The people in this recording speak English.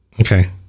Okay